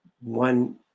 one